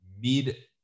Mid